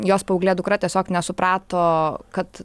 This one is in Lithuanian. jos paauglė dukra tiesiog nesuprato kad